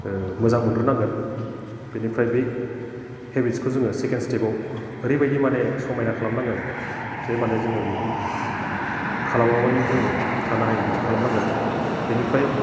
मोजां मोनग्रोनांगोन बिनिफ्राय बे हेबिट्सखो जोङो सेकेन्ड स्टेपाव ओरैबायदि माने समायना खालामनांगोन जे माने जोङो बेखौ खालामाब्लानो जोङो थानो हायि बिदि खालामनांगोन बिनिफ्राय